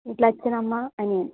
വീട്ടിൽ അച്ഛൻ അമ്മ അനിയൻ